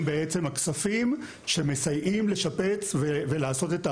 הכספים שמסייעים לשפץ ולעשות את ההתאמות.